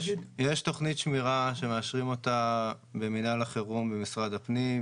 יש תוכנית שמירה שמאשרים אותה במינהל החירום במשרד הפנים,